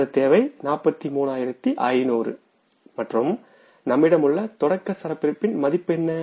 நமது தேவை 43500 மற்றும் நம்மிடம் உள்ள தொடக்க சரக்கிருப்பின் மதிப்பு என்ன